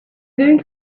going